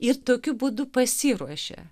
ir tokiu būdu pasiruošia